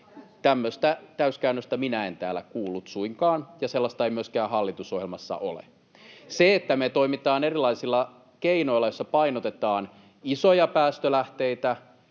Tämmöistä täyskäännöstä minä en täällä suinkaan kuullut, ja sellaista ei myöskään hallitusohjelmassa ole. Se, että me toimitaan erilaisilla keinoilla, joissa painotetaan isoja päästölähteitä